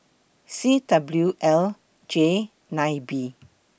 C W L J nine B